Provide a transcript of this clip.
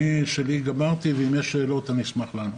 אני את שלי גמרתי, ואם יש שאלות אשמח לענות.